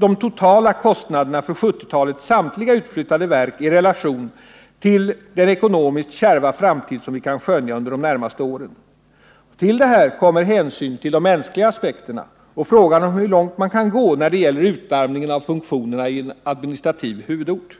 de totala kostnaderna för 1970-talets samtliga utflyttade verk i relation till den ekonomiskt kärva framtid som vi kan skönja under de närmaste åren. Till detta kommer hänsynen till de mänskliga aspekterna och frågan om hur långt man kan gå när det gäller utarmningen av funktionerna i en administrativ huvudort.